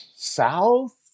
South